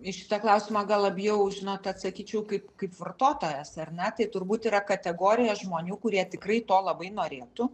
į šitą klausimą gal labiau žinot atsakyčiau kaip kaip vartotojas ar ne tai turbūt yra kategorija žmonių kurie tikrai to labai norėtų